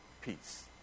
peace